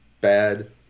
bad